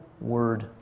word